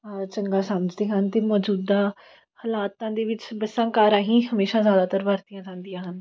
ਚੰਗਾ ਸਮਝਦੇ ਹਨ ਅਤੇ ਮੌਜੂਦਾ ਹਾਲਾਤਾਂ ਦੇ ਵਿੱਚ ਬੱਸਾਂ ਕਾਰਾਂ ਹੀ ਹਮੇਸ਼ਾਂ ਜ਼ਿਆਦਾਤਰ ਵਰਤੀਆਂ ਜਾਂਦੀਆਂ ਹਨ